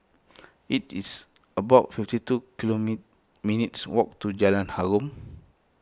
it is about fifty two kilo me minutes' walk to Jalan Harum